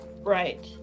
Right